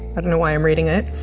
i don't know why i'm reading it.